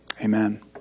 Amen